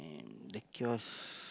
and the kiosk